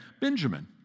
Benjamin